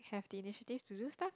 have the initiative to do stuff